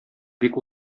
бик